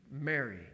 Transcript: Mary